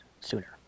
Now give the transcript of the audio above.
sooner